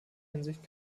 hinsicht